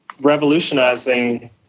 revolutionizing